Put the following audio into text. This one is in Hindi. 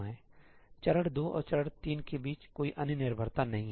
इसलिए चरण 2 और चरण 3 के बीच कोई अन्य निर्भरता नहीं है